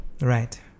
Right